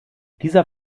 dieser